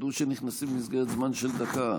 ותוודאו שהם נכנסים במסגרת זמן של דקה.